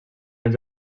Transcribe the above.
els